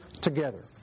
together